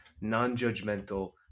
non-judgmental